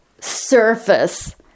surface